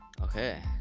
okay